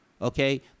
okay